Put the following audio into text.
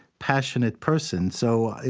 passionate person. so